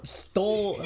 stole